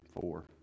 four